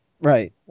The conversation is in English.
Right